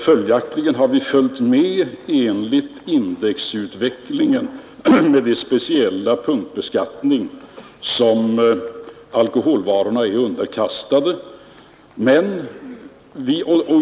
Följaktligen har vi låtit indexutvecklingen påverka den speciella punktbeskattning som alkoholvarorna är underkastade.